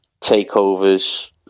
takeovers